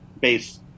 base